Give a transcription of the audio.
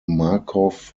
markov